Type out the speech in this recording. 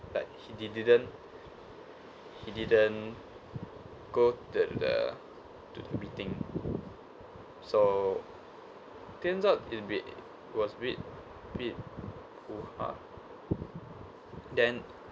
like he didn't he didn't go to the to the meeting so it turns a bit it was a bit bit hoo-ha then